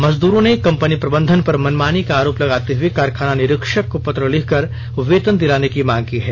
मजदूरों ने कपनी प्रबंधन पर मनमानी का आरोप लगाते हुए कारखाना निरीक्षक को पत्र लिखकर वेतन दिलाने की मांग की है